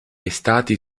estati